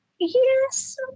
yes